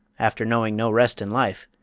after knowing no rest in life,